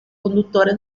conduttore